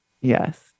Yes